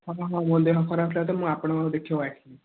ମୋ ଦେହ ଖରାପ ଥିଲା ତ ମୁଁ ଆପଣଙ୍କ ପାଖକୁ ଦେଖେଇବାକୁ ଆସିଥିଲି